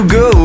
go